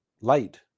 light